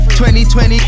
2020